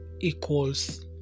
equals